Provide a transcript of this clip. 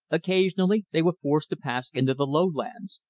occasionally they were forced to pass into the lowlands,